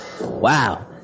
Wow